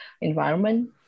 environment